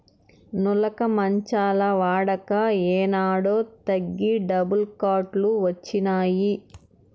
నులక మంచాల వాడక ఏనాడో తగ్గి డబుల్ కాట్ లు వచ్చినాయి